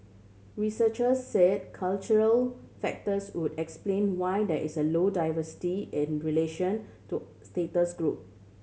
researcher said cultural factors would explain why there is a low diversity in relation to status group